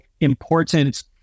important